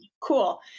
Cool